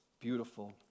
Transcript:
beautiful